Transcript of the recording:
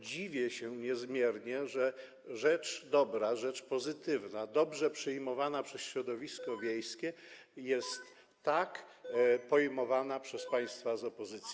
Dziwię się niezmiernie, że rzecz dobra, rzecz pozytywna, dobrze przyjmowana przez środowisko wiejskie jest tak pojmowana przez państwa z opozycji.